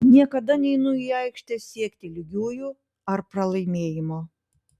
niekada neinu į aikštę siekti lygiųjų ar pralaimėjimo